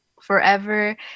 forever